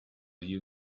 you